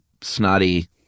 snotty